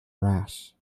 rash